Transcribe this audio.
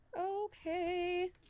Okay